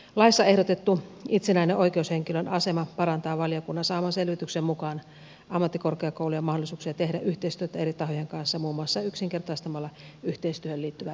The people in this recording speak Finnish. laissa ehdotettu itsenäinen oikeushenkilöasema parantaa valiokunnan saaman selvityksen mukaan ammattikorkeakoulujen mahdollisuuksia tehdä yhteistyötä eri tahojen kanssa muun muassa yksinkertaistamalla yhteistyöhön liittyvää päätöksentekoa